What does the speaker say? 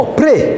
pray